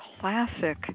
classic